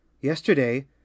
Yesterday